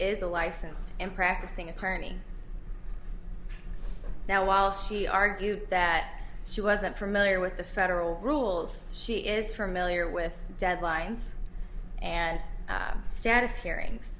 is a licensed and practicing attorney now while she argued that she wasn't familiar with the federal rules she is from millionaire with deadlines and status hearings